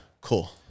Cool